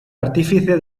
artífice